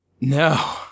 No